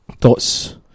thoughts